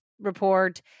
report